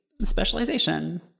specialization